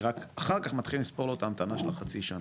אחר כך מתחילים לספור לו את ההמתנה של חצי שנה,